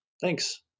Thanks